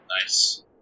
Nice